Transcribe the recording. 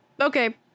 Okay